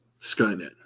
skynet